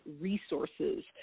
resources